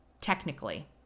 technically